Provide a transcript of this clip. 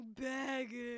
begging-